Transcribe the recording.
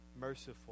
merciful